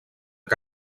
que